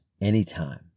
anytime